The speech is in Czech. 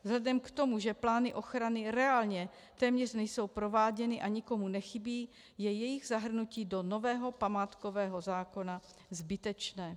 Vzhledem k tomu, že plány ochrany reálně téměř nejsou prováděny a nikomu nechybí, je jejich zahrnutí do nového památkového zákona zbytečné.